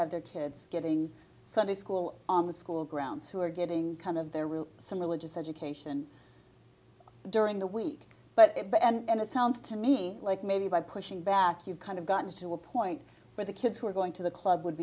have their kids getting sunday school on the school grounds who are getting kind of their room some religious education during the week but but and it sounds to me like maybe by pushing back you've kind of gotten to a point where the kids who are going to the club would